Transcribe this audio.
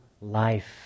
life